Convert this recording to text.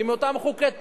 עם אותם חוקי תנועה,